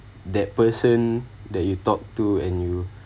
that person that you talked to and you